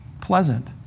Pleasant